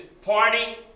party